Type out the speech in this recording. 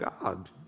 God